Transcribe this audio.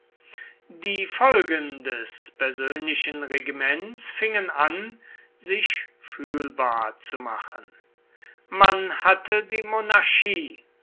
die folgen des persönlichen regiments fingen an sich fühlbar zu machen man hatte die monarchie